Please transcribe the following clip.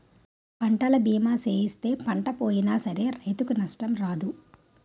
పంటల బీమా సేయిస్తే పంట పోయినా సరే రైతుకు నష్టం రాదు